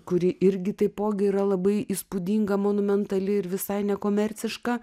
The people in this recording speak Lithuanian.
kuri irgi taipogi yra labai įspūdinga monumentali ir visai nekomerciška